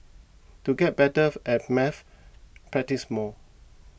to get better at maths practise more